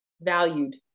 valued